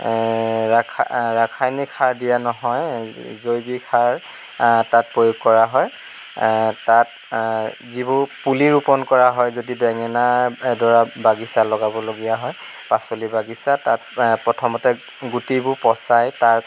ৰাসা ৰাসায়নিক সাৰ দিয়া নহয় জৈৱিক সাৰ তাত প্ৰয়োগ কৰা হয় তাত যিবোৰ পুলি ৰোপণ কৰা হয় যদি বেঙেনা এডৰা বাগিছা লগাবলগীয়া হয় পাচলি বাগিছা তাত প্ৰথমতে গুটিবোৰ পচাই তাত